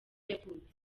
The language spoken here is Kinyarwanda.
yavutse